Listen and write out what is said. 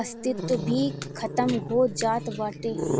अस्तित्व भी खतम हो जात बाटे